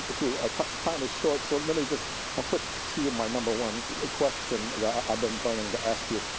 ah to ah to time is short, so let me just ah put to you my number one question that i've been burning to ask you.